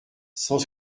cent